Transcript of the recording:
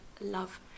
love